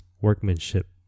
workmanship